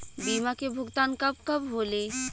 बीमा के भुगतान कब कब होले?